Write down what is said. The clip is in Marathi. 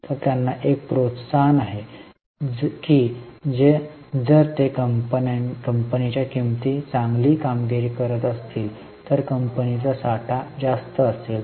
तर त्यांना एक प्रोत्साहन आहे की जर ते कंपनीच्या किंमती चांगली कामगिरी करत असतील तर कंपनीचा साठा जास्त असेल